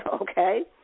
okay